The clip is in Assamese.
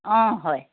অঁ হয়